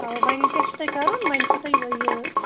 اَوا وۄنۍ کیٛاہ چھُو تۄہہِ کَرُن وۄنۍ چھُو تۄہہِ یِہوٚے یہِ